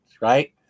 right